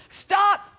Stop